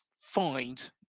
find